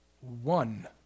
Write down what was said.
one